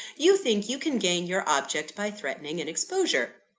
you think you can gain your object by threatening an exposure.